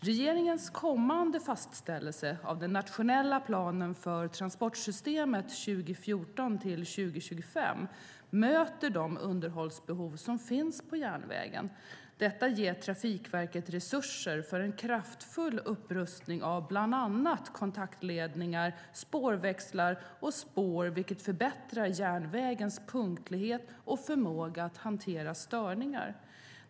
Regeringens kommande fastställelse av den nationella planen för transportsystemet 2014-2025 möter de underhållsbehov som finns på järnvägen. Detta ger Trafikverket resurser för en kraftfull upprustning av bland annat kontaktledningar, spårväxlar och spår, vilket förbättrar järnvägens punktlighet och förmåga att hantera störningar.